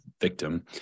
victim